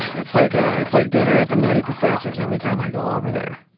it's like ah it's like dinner at the nutty professor's every time i go over there,